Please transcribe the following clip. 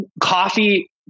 Coffee